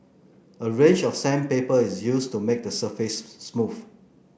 a range of sandpaper is used to make the surface smooth